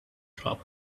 travel